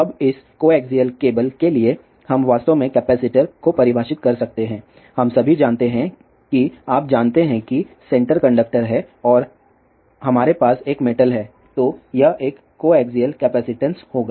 अब इस coaxial cable के लिए हम वास्तव में कैपेसिटर को परिभाषित कर सकते हैं हम सभी जानते हैं कि आप जानते हैं कि सेंटर कंडक्टर है और हमारे पास एक मेटल है तो यह एक कोएक्सियल कैपेसिटंस होगा